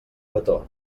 petó